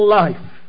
life